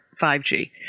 5G